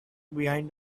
behind